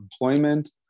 employment